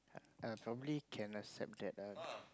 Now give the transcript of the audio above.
err probably can accept that ah